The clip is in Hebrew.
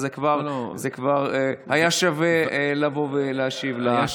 וכבר היה שווה לבוא ולהשיב על השאילתה.